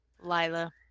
Lila